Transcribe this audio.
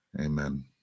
Amen